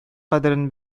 кадерен